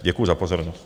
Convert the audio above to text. Děkuji za pozornost.